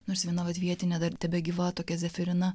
nors viena vat vietinė dar tebegyva tokia zeferina